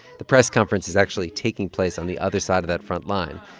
the press conference is actually taking place on the other side of that front line.